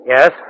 Yes